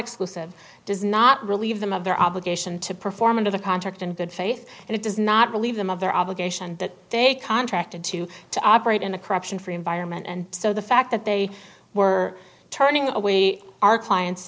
exclusive does not relieve them of their obligation to perform under the contract and good faith and it does not relieve them of their obligation that they contracted to to operate in a corruption free environment and so the fact that they were turning away our clients